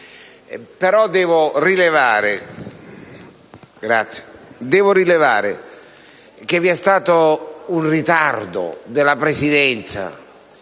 però devo rilevare che vi è stato un ritardo della Presidenza